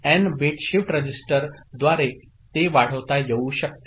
तर N bit shift रजिस्टरद्वारे ते वाढवता येऊ शकते